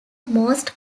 most